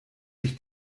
ich